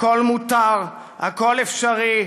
הכול מותר, הכול אפשרי.